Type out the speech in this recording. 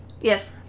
Yes